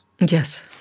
Yes